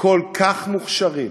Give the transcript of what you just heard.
כל כך מוכשרים,